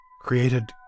created